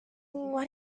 are